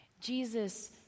Jesus